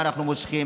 למה אנחנו מושכים,